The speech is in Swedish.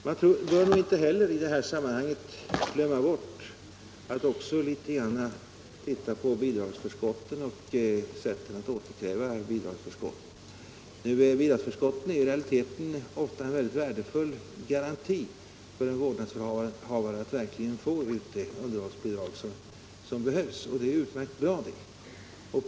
Man bör nog inte heller i detta sammanhang glömma bort att också titta litet grand på bidragsförskotten och sätten att återkräva bidragsförskotten. Dessa bidragsförskott är i realiteten ofta en mycket värdefull garanti för att en vårdnadshavare verkligen skall få det underhållsbidrag som behövs. Det är utmärkt att den garantin finns.